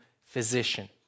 physician